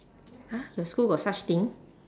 !huh! your school got such thing